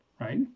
right